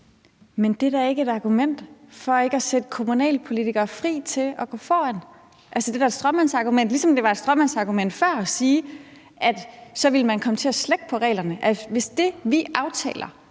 Men det er da ikke et argument for ikke at sætte kommunalpolitikere fri til at gå foran. Det er da et stråmandsargument, ligesom det var et stråmandsargument før at sige, at man så ville komme til at slække på reglerne. Det, vi aftaler